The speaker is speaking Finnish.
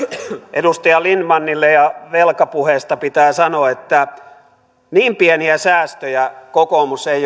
edustaja lindtmanille velkapuheista pitää sanoa että niin pieniä säästöjä kokoomus ei